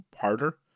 harder